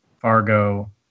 Fargo